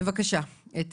בבקשה, אתי.